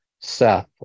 Seth